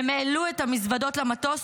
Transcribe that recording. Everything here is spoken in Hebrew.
הם העלו את המזוודות למטוס,